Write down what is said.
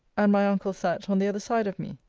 and my uncle sat on the other side of me.